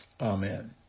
Amen